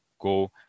go